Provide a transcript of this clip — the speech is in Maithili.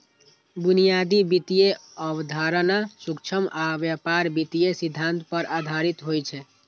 बुनियादी वित्तीय अवधारणा सूक्ष्म आ व्यापक वित्तीय सिद्धांत पर आधारित होइ छै